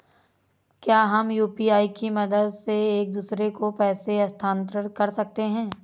क्या हम यू.पी.आई की मदद से एक दूसरे को पैसे स्थानांतरण कर सकते हैं?